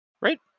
Right